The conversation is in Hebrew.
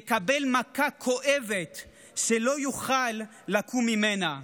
יקבל מכה כואבת שלא יוכל לקום ממנה.